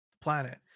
planet